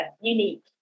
unique